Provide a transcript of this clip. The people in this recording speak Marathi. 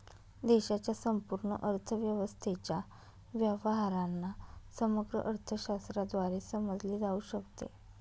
देशाच्या संपूर्ण अर्थव्यवस्थेच्या व्यवहारांना समग्र अर्थशास्त्राद्वारे समजले जाऊ शकते